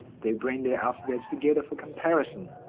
they bring their alphabets together for comparison.